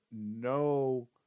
no